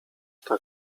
tak